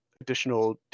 additional